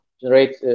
generate